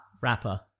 Rapper